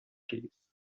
trees